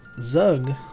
Zug